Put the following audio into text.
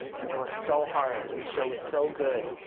and they worked so hard, and the show was so good,